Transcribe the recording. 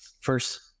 first